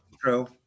true